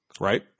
right